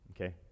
Okay